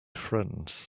friends